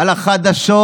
על החדשות